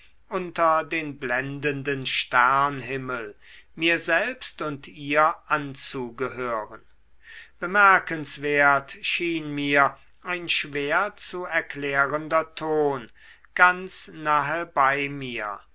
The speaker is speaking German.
unter den blendenden sternhimmel mir selbst und ihr anzugehören bemerkenswert schien mir ein schwer zu erklärender ton ganz nahe bei mir